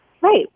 Right